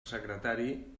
secretari